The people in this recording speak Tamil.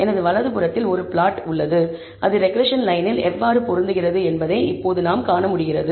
எனது வலதுபுறத்தில் ஒரு பிளாட் உள்ளது அது ரெக்ரெஸ்ஸன் லயனில் எவ்வாறு பொருந்துகிறது என்பதை இப்போது நாம் காண முடிகிறது